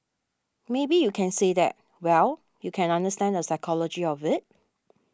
maybe you can say that well you can understand the psychology of it